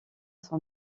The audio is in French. son